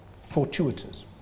fortuitous